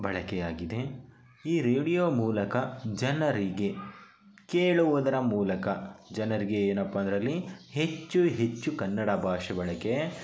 ಬಳಕೆಯಾಗಿದೆ ಈ ರೇಡಿಯೋ ಮೂಲಕ ಜನರಿಗೆ ಕೇಳುವುದರ ಮೂಲಕ ಜನರಿಗೆ ಏನಪ್ಪಾ ಅದರಲ್ಲಿ ಹೆಚ್ಚು ಹೆಚ್ಚು ಕನ್ನಡ ಭಾಷೆ ಬಳಕೆ